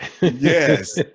Yes